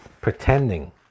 pretending